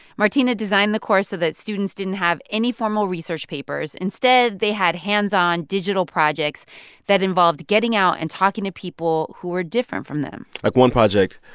martina designed the course so that students didn't have any formal research papers. instead, they had hands-on digital projects that involved getting out and talking to people who were different from them like, one project,